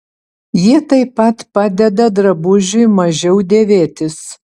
jie taip pat padeda drabužiui mažiau dėvėtis